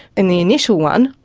in the initial one,